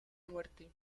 muerte